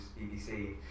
BBC